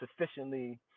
sufficiently